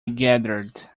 gathered